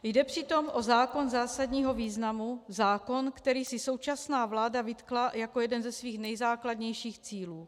Jde přitom o zákon zásadního významu, zákon, který si současná vláda vytkla jako jeden ze svých nejzákladnějších cílů.